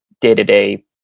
day-to-day